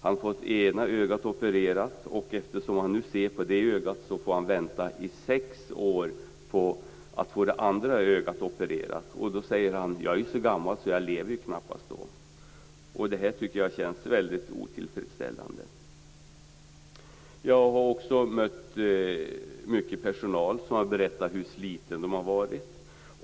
Han har fått ena ögat opererat, och eftersom han nu ser på det ögat får han vänta sex år på att få det andra ögat opererat. Han säger: Jag är så gammal så jag lever knappast då. - Detta tycker jag känns väldigt otillfredsställande. Jag har också mött personal som har berättat hur sliten den har varit.